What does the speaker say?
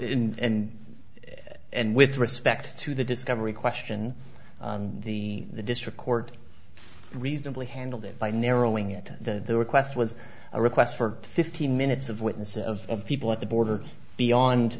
it and and with respect to the discovery question the the district court reasonably handled it by narrowing at the request was a request for fifteen minutes of witness of people at the border beyond